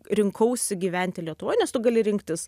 rinkausi gyventi lietuvoj nes tu gali rinktis